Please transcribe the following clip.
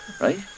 right